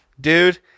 Dude